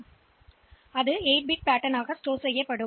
எனவே இது 8 பிட் வடிவமாக சேமிக்கப்படும்